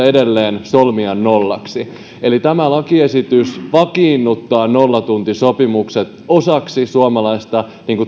edelleen solmia nollaksi eli tämä lakiesitys vakiinnuttaa nollatuntisopimukset osaksi suomalaista